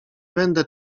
będę